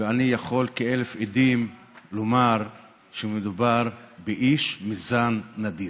ואני יכול כאלף עדים לומר שמדובר באיש מזן נדיר.